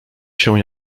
się